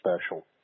special